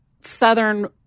Southern